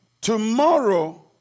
Tomorrow